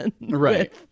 Right